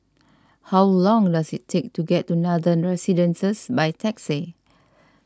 how long does it take to get to Nathan Residences by taxi